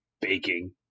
baking